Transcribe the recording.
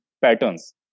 patterns